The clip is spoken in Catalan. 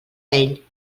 ell